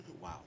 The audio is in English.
Wow